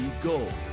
gold